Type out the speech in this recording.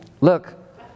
Look